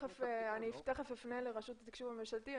תכף אפנה לרשות התקשוב הממשלתי.